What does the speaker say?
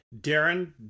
Darren